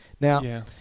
Now